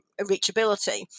reachability